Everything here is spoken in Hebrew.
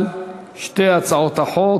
על שתי הצעות החוק.